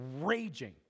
raging